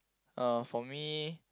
uh for me